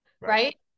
right